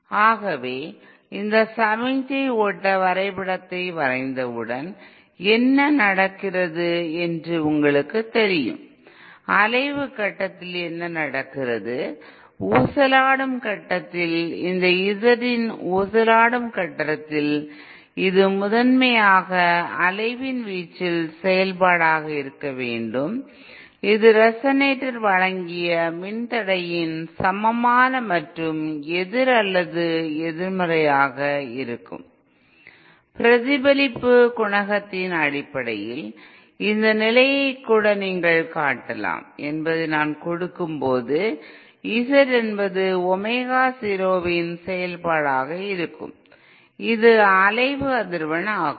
ஆகவே இந்த சமிக்ஞை ஓட்ட வரைபடத்தை வரைந்தவுடன் என்ன நடக்கிறது என்று உங்களுக்குத் தெரியும் அலைவு கட்டத்தில் என்ன நடக்கிறது ஊசலாடும் கட்டத்தில் இந்த Z இன் ஊசலாடும் கட்டத்தில் இது முதன்மையாக அலைவின் வீச்சின் செயல்பாடாக இருக்க வேண்டும் இது ரெசொனாட்டார் வழங்கிய மின்தடையின் சமமான மற்றும் எதிர் அல்லது எதிர்மறை ஆக இருக்கும் பிரதிபலிப்பு குணகத்தின் அடிப்படையில் இந்த நிலையை கூட நீங்கள் காட்டலாம் என்பதை நான் கொடுக்கும்போது Z என்பது ஒமேகா 0 வின் செயல்பாடாக இருக்கும் இதுவே அலைவு அதிர்வெண் ஆகும்